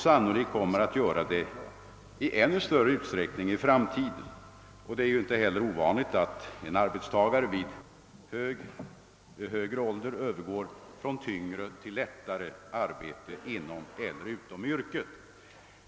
Sannolikt kommer de att göra det i ännu större utsträckning i framtiden. Det är inte heller ovanligt att en arbetstagare i högre ålder övergår från tyngre till lättare arbete inom eller utom yrket.